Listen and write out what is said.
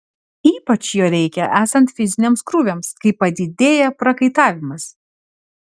ypač jo reikia esant fiziniams krūviams kai padidėja prakaitavimas